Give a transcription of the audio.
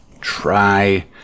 try